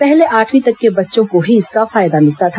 पहले आठवीं तक के बच्चों को ही इसका फायदा मिलता था